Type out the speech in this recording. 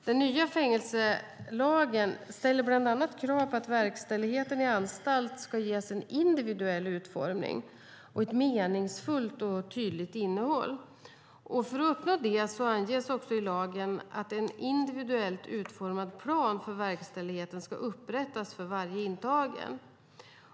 Den nya fängelselagen ställer bland annat krav på att verkställigheten i anstalt ges en individuell utformning och ett meningsfullt och tydligt innehåll. För att uppnå detta anges också i lagen att en individuellt utformad plan för verkställigheten ska upprättas för varje intagen.